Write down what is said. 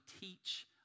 teach